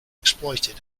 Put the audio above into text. exploited